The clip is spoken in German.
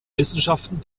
wissenschaften